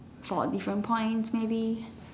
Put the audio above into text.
for different points maybe